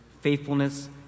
faithfulness